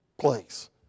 place